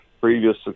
previous